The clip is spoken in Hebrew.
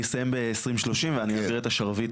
אני אסיים ב-2030 ואני אעביר את השרביט